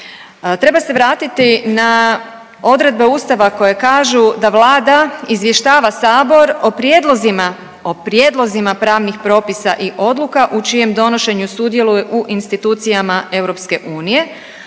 Treba se vratiti na odredbe ustava koje kažu da Vlada izvještava sabor o prijedlozima, o prijedlozima pravnih propisa i odluka u čijem donošenju sudjeluju u institucijama EU,